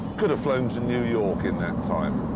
could have flown to new york in that time.